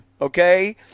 okay